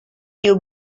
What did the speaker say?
tiu